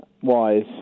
Wise